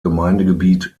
gemeindegebiet